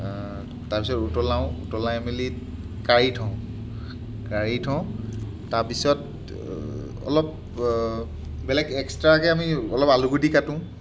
তাৰপাছত উতলাওঁ উতলাই মেলি কাঢ়ি থওঁ কাঢ়ি থওঁ কাঢ়ি থওঁ তাৰপিছত অলপ বেলেগ এক্সট্ৰাকৈ আমি অলপ আলুগুটি কাটোঁ